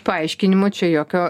paaiškinimo čia jokio